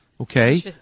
Okay